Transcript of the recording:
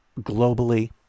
globally